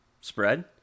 spread